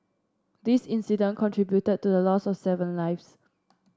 this incident contributed to the loss of seven lives